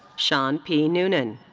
shawn p. nunan.